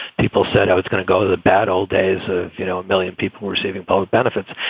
people said it's going to go to the bad old days. ah you know, a million people were receiving public benefits.